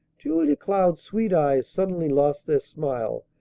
julia cloud's sweet eyes suddenly lost their smile,